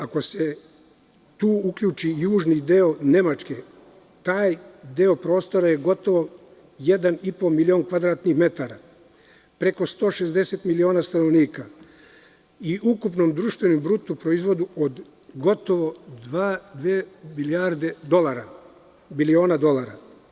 Ako se tu uključi južni deo Nemačke, taj deo prostora je gotovo 1,5 milion kvadratnih metara, preko 160 miliona stanovnika i ukupnog društvenog bruto proizvoda od oko dva biliona dolara.